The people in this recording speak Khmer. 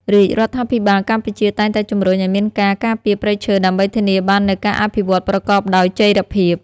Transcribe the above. រាជរដ្ឋាភិបាលកម្ពុជាតែងតែជំរុញឱ្យមានការការពារព្រៃឈើដើម្បីធានាបាននូវការអភិវឌ្ឍប្រកបដោយចីរភាព។